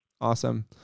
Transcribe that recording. Awesome